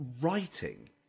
writing